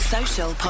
Social